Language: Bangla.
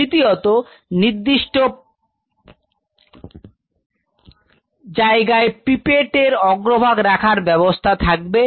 তৃতীয়তঃ নির্দিষ্ট পেট এবং পিপেটের অগ্রভাগ রাখার ব্যবস্থা থাকবে